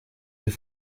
sie